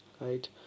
Right